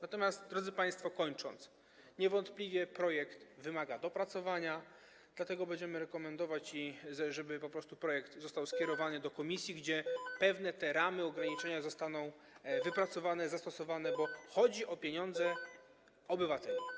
Natomiast, drodzy państwo, kończąc - niewątpliwie projekt wymaga dopracowania, dlatego będziemy rekomendować, żeby po prostu został skierowany do komisji, gdzie pewne ramy, ograniczenia zostaną wypracowane, zastosowane, bo chodzi o pieniądze obywateli.